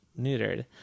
neutered